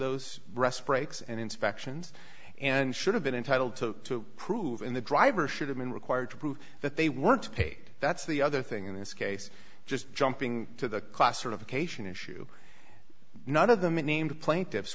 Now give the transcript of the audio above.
those breast brakes and inspections and should have been entitled to prove in the driver should have been required to prove that they weren't paid that's the other thing in this case just jumping to the classification issue none of them unnamed plaintiffs